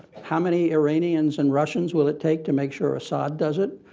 how many iranians and russians will it take to make sure assad does it?